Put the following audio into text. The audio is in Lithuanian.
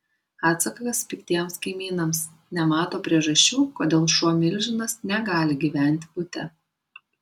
atsakas piktiems kaimynams nemato priežasčių kodėl šuo milžinas negali gyventi bute